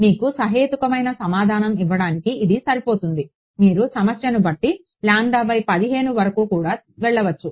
మీకు సహేతుకమైన సమాధానం ఇవ్వడానికి ఇది సరిపోతుంది మీరు సమస్యను బట్టి వరకు కూడా వెళ్ళవచ్చు